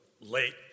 late